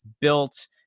built